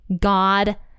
God